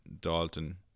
Dalton